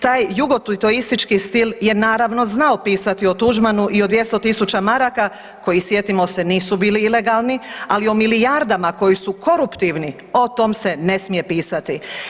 Taj jugotutoistički stil je naravno znao pisati o Tuđmanu i o 200.000 maraka koji sjetimo se nisu bili ilegalni, ali o milijardama koji su koruptivni o tom se ne smije pisati.